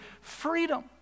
freedom